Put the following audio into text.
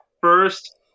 first